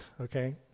okay